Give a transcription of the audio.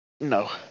No